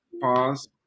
pause